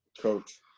Coach